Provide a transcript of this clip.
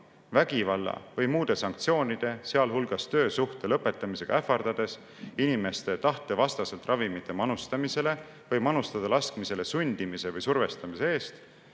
vägivalla või muude sanktsioonide, sealhulgas töösuhte lõpetamisega ähvardades, inimese tahte vastaselt tema ravimite manustamisele või manustada laskmisele sundimise või survestamise eest